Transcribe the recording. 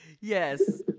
Yes